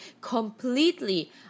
completely